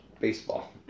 Baseball